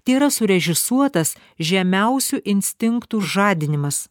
tėra surežisuotas žemiausių instinktų žadinimas